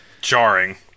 jarring